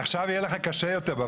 עכשיו יהיה לך קשה יותר.